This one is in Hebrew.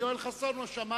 את זה אנחנו עשינו, לא